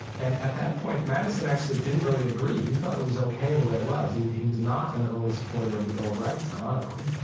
and at that point, madison actually didn't really agree. he thought it was ok the way it was. he he was not an early supporter of the bill of rights, ironically.